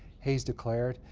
hayes declared.